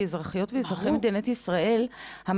כאזרחיות ואזרחי מדינת ישראל,